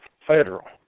federal